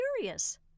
curious